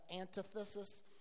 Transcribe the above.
antithesis